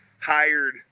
hired